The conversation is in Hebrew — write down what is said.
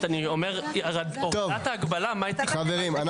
אני אומר רק ההגבלה מה היא --- חברים,